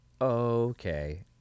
okay